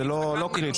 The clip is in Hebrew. זה לא קריטי.